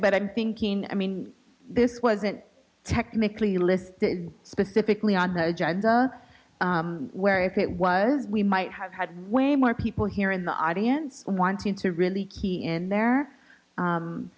but i'm thinking i mean this wasn't technically list specifically on her agenda where if it was we might have had way more people here in the audience wanting to really key in there